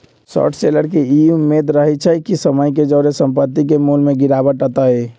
short seller के इ उम्मेद रहइ छइ कि समय के जौरे संपत्ति के मोल में गिरावट अतइ